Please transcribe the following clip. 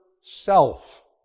self